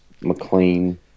McLean